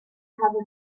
have